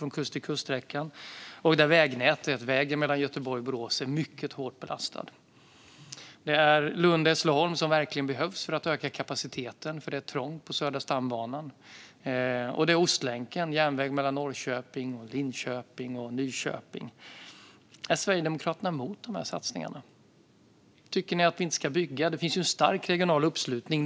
Vidare är vägen mellan Göteborg och Borås mycket hårt belastad. Sträckan Lund-Hässleholm behövs verkligen för att öka kapaciteten eftersom det är trångt på Södra stambanan. Vidare är det Ostlänken, det vill säga järnväg mellan Norrköping, Linköping och Nyköping. Är Sverigedemokraterna mot dessa satsningar? Tycker ni att vi inte ska bygga? Det finns ju en stark regional uppslutning.